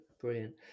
brilliant